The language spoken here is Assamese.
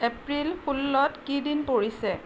এপ্ৰিল ষোল্লত কি দিন পৰিছে